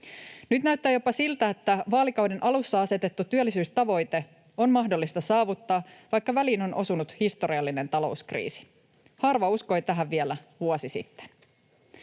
Nyt näyttää jopa siltä, että vaalikauden alussa asetettu työllisyystavoite on mahdollista saavuttaa, vaikka väliin on osunut historiallinen talouskriisi. Harva uskoi tähän vielä vuosi sitten.